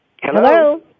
Hello